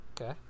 Okay